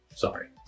Sorry